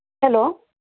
hello